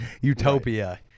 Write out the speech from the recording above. Utopia